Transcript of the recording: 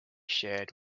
shared